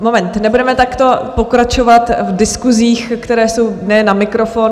Moment, nebudeme takto pokračovat v diskusích, které jsou ne na mikrofon.